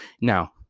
Now